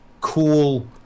cool